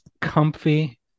comfy